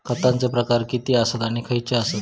खतांचे प्रकार किती आसत आणि खैचे आसत?